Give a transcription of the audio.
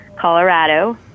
Colorado